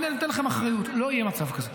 הינה, אני נותן לכם אחריות: לא יהיה מצב כזה.